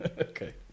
Okay